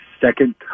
second